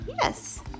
Yes